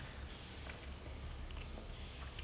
it sounds like what you're saying lah like